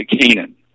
Canaan